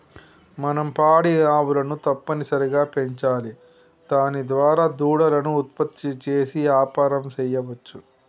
మనం పాడి ఆవులను తప్పనిసరిగా పెంచాలి దాని దారా దూడలను ఉత్పత్తి చేసి యాపారం సెయ్యవచ్చు